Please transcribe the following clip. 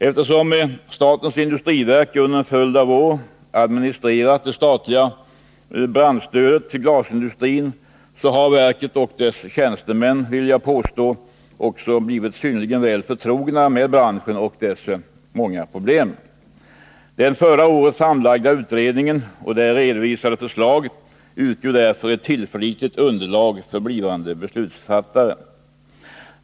Eftersom SIND under en följd av år administrerat det statliga branschstödet till glasindustrin, har verket och dess tjänstemän, vill jag påstå, också blivit synnerligen väl förtrogna med branschen och dess många problem. Den förra året framlagda utredningen och däri redovisade förslag utgör därför ett tillförlitligt underlag för blivande beslutsfattare.